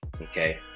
okay